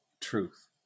truth